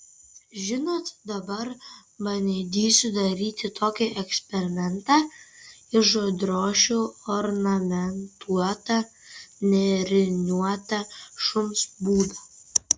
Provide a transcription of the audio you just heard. žinot dabar bandysiu daryti tokį eksperimentą išdrošiu ornamentuotą nėriniuotą šuns būdą